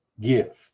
gift